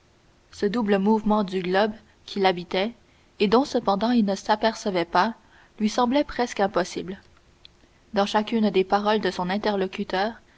ce double mouvement du globe qu'il habitait et dont cependant il ne s'apercevait pas lui semblait presque impossible dans chacune des paroles de son interlocuteur